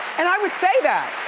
and i would say that.